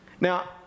Now